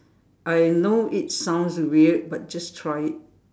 I know it sounds weird but just try it